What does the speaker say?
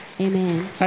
Amen